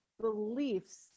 beliefs